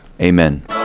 Amen